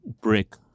brick